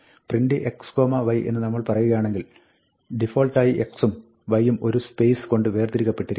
printx y എന്ന് നമ്മൾ പറയുകയാണെങ്കിൽ ഡിഫാൾട്ടായി x ഉം y ഉം ഒരു സ്പേസ് കൊണ്ട് വേർതിരിക്കപ്പെട്ടിരിക്കും